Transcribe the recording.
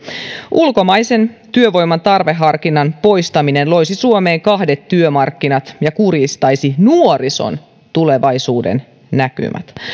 ulkomaisen työvoiman tarveharkinnan poistaminen loisi suomeen kahdet työmarkkinat ja kurjistaisi nuorison tulevaisuudennäkymät